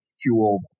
fuel